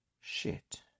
shit